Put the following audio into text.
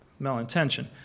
malintention